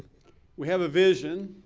we have a vision.